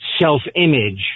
self-image